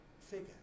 figure